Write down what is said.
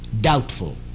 doubtful